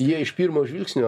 jie iš pirmo žvilgsnio